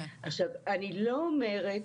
אני לא אומרת